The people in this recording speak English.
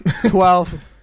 Twelve